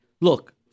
Look